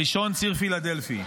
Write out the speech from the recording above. הראשון: ציר פילדלפי.